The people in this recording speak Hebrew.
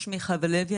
שמי חוה לוי,